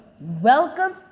Welcome